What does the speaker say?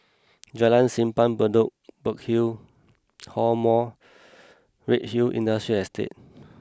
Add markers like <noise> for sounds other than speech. Jalan Simpang Bedok Burkill Hall more <noise> Redhill Industrial Estate